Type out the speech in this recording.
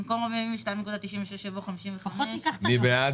במקום 42.96 יבוא 50. מי בעד?